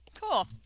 Cool